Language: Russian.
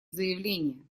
заявление